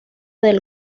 del